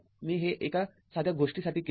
मी हे एका साध्या गोष्टीसाठी केले आहे